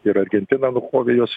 ir argentina nukovė juos